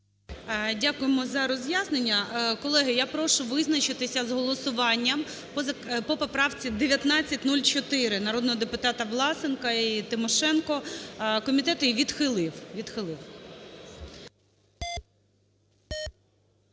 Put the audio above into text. Дякуємо за роз'яснення. Колеги, я прошу визначитися з голосуванням по поправці 1904 народного депутата Власенка і Тимошенко. Комітет її відхилив,